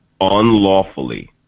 unlawfully